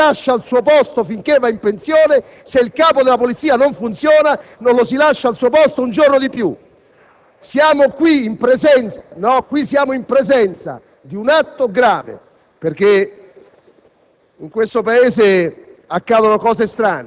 se il Capo della Polizia è efficiente lo si lascia al suo posto finché va in pensione, se invece non funziona non lo si lascia al suo posto un giorno di più. Siamo in presenza di un atto davvero